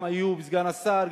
גם איוב סגן השר,